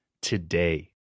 today